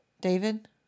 David